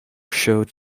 showed